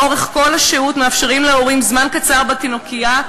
לאורך כל השהות מאפשרים להורים זמן קצר בתינוקייה.